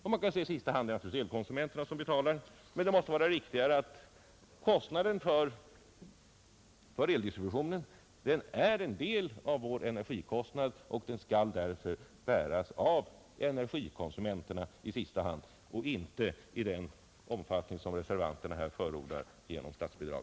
Man kan säga att det i sista hand är elkonsumenterna som betalar, men det måste vara riktigare att kostnaden för eldistributionen blir en del av vår energikostnad och i sista hand skall bäras av energikonsumenterna, och inte i den omfattning som reservanterna förordar genom statsbidrag.